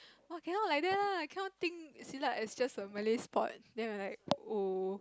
!wah! cannot like that lah cannot think Silat as just a Malay sport then I'm like like oh